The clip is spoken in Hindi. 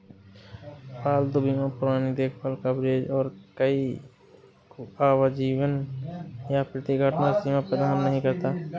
पालतू बीमा पुरानी देखभाल कवरेज और कोई आजीवन या प्रति घटना सीमा प्रदान नहीं करता